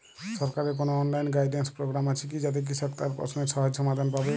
সরকারের কোনো online guidance programme আছে কি যাতে কৃষক তার প্রশ্নের সহজ সমাধান পাবে?